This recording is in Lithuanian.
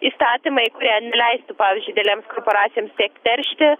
įstatymai kurie neleistų pavyzdžiui didelėms korporacijoms tiek teršti